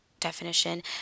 definition